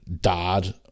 dad